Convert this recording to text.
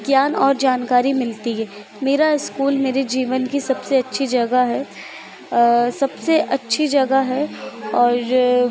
ज्ञान और जानकारी मिलती है मेरा स्कूल मेरे जीवन की सबसे अच्छी जगह है सबसे अच्छी जगह है और